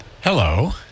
Hello